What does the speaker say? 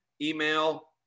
email